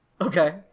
Okay